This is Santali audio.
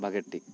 ᱵᱷᱟᱜᱮ ᱴᱷᱤᱠ